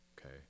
okay